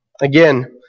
Again